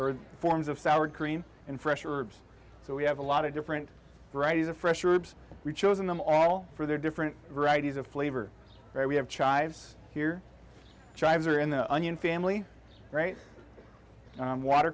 or forms of sour cream and fresh herbs so we have a lot of different varieties of fresh herbs we've chosen them all for their different varieties of flavor we have chives here tribes are in the onion family right water